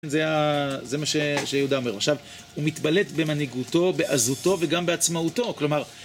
זה מה שיהודה אומר, עכשיו, הוא מתבלט במנהיגותו, בעזותו וגם בעצמאותו, כלומר...